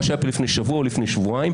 מה שהיה כאן לפני שבוע או לפני שבועיים.